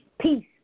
peace